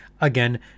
Again